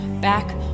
back